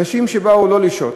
אנשים שבאו לא לשהות,